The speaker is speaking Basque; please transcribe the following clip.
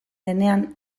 denean